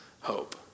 hope